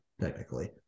technically